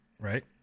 right